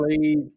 played